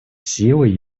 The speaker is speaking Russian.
силой